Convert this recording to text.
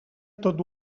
tot